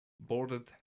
boarded